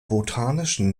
botanischen